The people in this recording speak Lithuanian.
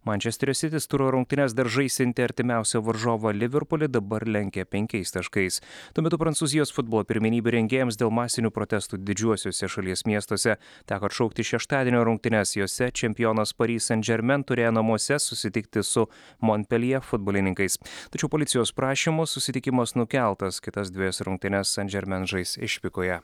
mančesterio sitis turo rungtynes dar žaisiantį artimiausią varžovą liverpulį dabar lenkia penkiais taškais tuo metu prancūzijos futbolo pirmenybių rengėjams dėl masinių protestų didžiuosiuose šalies miestuose teko atšaukti šeštadienio rungtynes jose čempionas parisanžermen turėjo namuose susitikti su monpeljė futbolininkais tačiau policijos prašymu susitikimas nukeltas kitas dvejas rungtynes sanžermen žais išvykoje